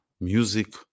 music